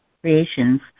creations